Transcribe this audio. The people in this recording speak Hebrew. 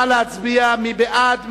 נא להצביע, מי בעד?